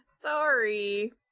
Sorry